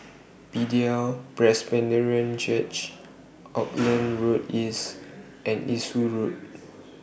Bethel Presbyterian Church Auckland Road East and Eastwood Road